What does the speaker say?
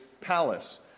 palace